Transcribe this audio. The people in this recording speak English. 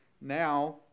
now